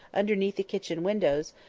underneath the kitchen windows,